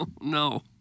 no